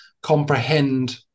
comprehend